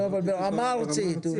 אבל ברמה ארצית.